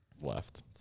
left